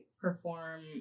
perform